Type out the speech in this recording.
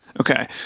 Okay